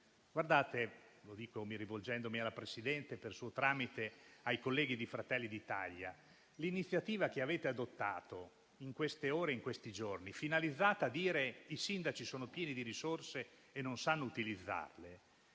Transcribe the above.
sindaci? Lo dico rivolgendomi alla Presidente e, per suo tramite, ai colleghi di Fratelli d'Italia: l'iniziativa che avete adottato in queste ore e in questi giorni, finalizzata a dire che i sindaci sono pieni di risorse e non sanno utilizzarle,